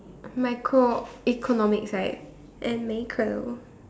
microeconomics right and macro